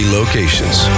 locations